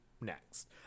next